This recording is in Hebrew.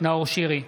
נאור שירי,